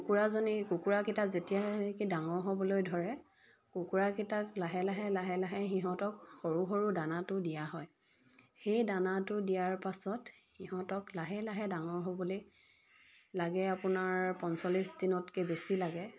কুকুৰাজনী কুকুৰাকেইটা যেতিয়া নেকি ডাঙৰ হ'বলৈ ধৰে কুকুৰাকেইটাক লাহে লাহে লাহে লাহে সিহঁতক সৰু সৰু দানাটো দিয়া হয় সেই দানাটো দিয়াৰ পাছত সিহঁতক লাহে লাহে ডাঙৰ হ'বলৈ লাগে আপোনাৰ পঞ্চল্লিছ দিনতকৈ বেছি লাগে